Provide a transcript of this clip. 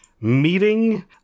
meeting